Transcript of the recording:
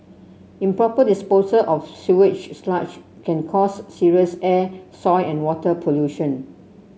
improper disposal of sewage sludge can cause serious air soil and water pollution